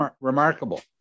remarkable